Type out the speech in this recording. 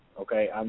okay